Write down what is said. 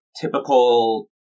typical